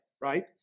right